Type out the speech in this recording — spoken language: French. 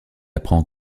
apprend